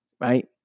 right